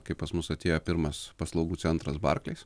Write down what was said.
kaip pas mus atėjo pirmas paslaugų centras barclays